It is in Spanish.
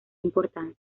importancia